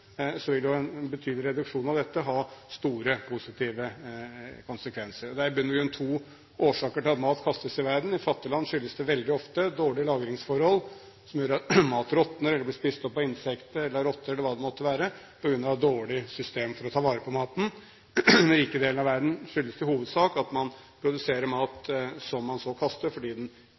vil jo en betydelig reduksjon av dette ha store, positive konsekvenser. Det er i bunn og grunn to årsaker til at mat kastes i verden. I fattige land skyldes det veldig ofte dårlige lagringsforhold og et dårlig system for å ta vare på maten, noe som gjør at mat råtner eller blir spist opp av insekter, rotter, eller hva det måtte være. I den rike delen av verden skyldes det i hovedsak at man produserer mat som man så kaster fordi man ikke anser at den